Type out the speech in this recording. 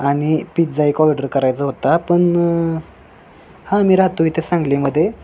आणि पिझ्झा एक ऑर्डर करायचा होता पण हां मी राहतो इथे सांगलीमध्ये